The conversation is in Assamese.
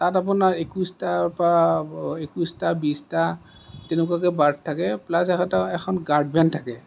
তাত আপোনাৰ একৈশটাৰ পৰা একৈশটা বিশটা তেনেকুৱাকে বাৰ্থ থাকে প্লাছ এখন গাৰ্ডবেন থাকে